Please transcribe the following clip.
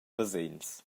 basegns